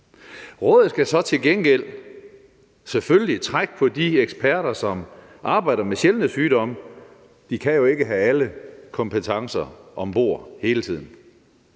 selvfølgelig til gengæld trække på de eksperter, som arbejder med sjældne sygdomme – de kan jo ikke have alle kompetencer om bord hele tiden